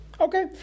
Okay